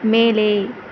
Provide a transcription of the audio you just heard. மேலே